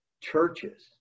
churches